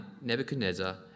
Nebuchadnezzar